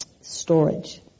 storage